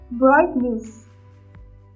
brightness